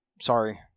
Sorry